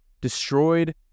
destroyed